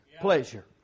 pleasure